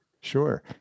Sure